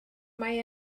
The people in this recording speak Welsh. mae